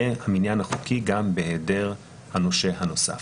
יהיה המניין חוקי גם בהעדר הנושא הנוסף.